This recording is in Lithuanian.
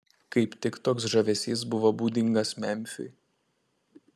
kaip tik toks žavesys buvo būdingas memfiui